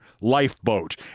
lifeboat